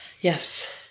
yes